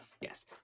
Yes